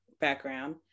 background